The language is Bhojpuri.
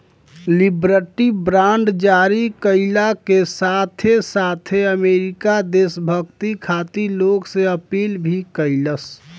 लिबर्टी बांड जारी कईला के साथे साथे अमेरिका देशभक्ति खातिर लोग से अपील भी कईलस